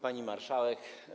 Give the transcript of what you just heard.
Pani Marszałek!